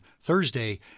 Thursday